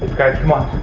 guys come on.